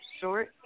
short